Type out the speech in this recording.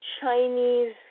Chinese